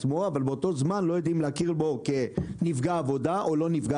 ובאותו זמן לא יודעים אם להכיר בו כנפגע עבודה או לא.